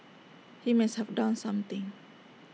he must have done something